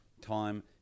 time